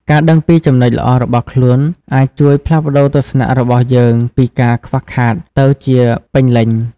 ការដឹងពីចំណុចល្អរបស់ខ្លួនអាចជួយផ្លាស់ប្តូរទស្សនៈរបស់យើងពីការខ្វះខាតទៅជាពេញលេញ។